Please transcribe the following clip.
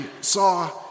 saw